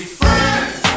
friends